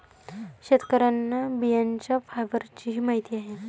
शेतकऱ्यांना बियाण्यांच्या फायबरचीही माहिती आहे